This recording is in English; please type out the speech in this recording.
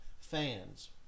fans